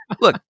look